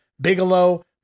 Bigelow